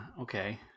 okay